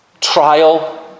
trial